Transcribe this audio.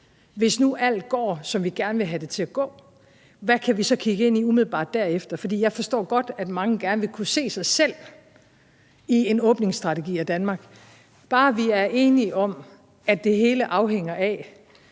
hvis nu alt går, som vi gerne vil have det til at gå, hvad vi så kan kigge ind i umiddelbart derefter. For jeg forstår godt, at mange gerne vil kunne se sig selv i en åbningsstrategi af Danmark, bare vi er enige om, at det hele afhænger af,